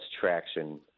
traction